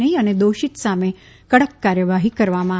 નહીં અને દોષિત સામે કડક કાર્યવાહી કરવામાં આવશે